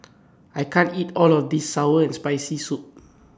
I can't eat All of This Sour and Spicy Soup